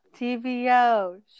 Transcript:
TVO